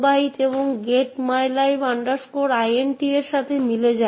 কারণ হচ্ছে এই ক্ষেত্রে অ্যানকে সিস্টেমে উপস্থিত প্রতিটি বস্তুর মধ্য দিয়ে যেতে হবে